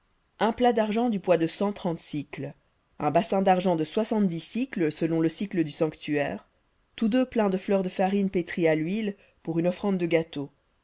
un plat d'argent du poids de cent trente un bassin d'argent de soixante-dix sicles selon le sicle du sanctuaire tous deux pleins de fleur de farine pétrie à l'huile pour une offrande de gâteau